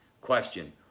Question